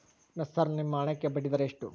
Sir ನಿಮ್ಮ ಹಣಕ್ಕೆ ಬಡ್ಡಿದರ ಎಷ್ಟು?